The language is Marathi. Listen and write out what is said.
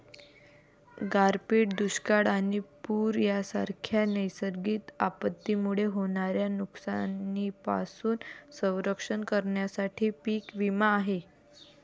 गारपीट, दुष्काळ आणि पूर यांसारख्या नैसर्गिक आपत्तींमुळे होणाऱ्या नुकसानीपासून संरक्षण करण्यासाठी पीक विमा आहे